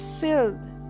filled